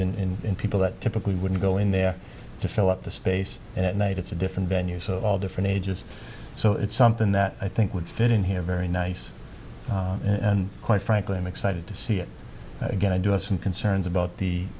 pedestrians in people that typically wouldn't go in there to fill up the space at night it's a different venue so of all different ages so it's something that i think would fit in here very nice and quite frankly i'm excited to see it again i do have some concerns about